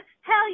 Hell